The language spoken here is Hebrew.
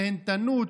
נהנתנות,